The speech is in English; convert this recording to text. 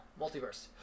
multiverse